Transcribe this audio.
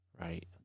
Right